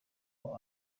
ngo